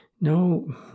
no